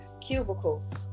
cubicle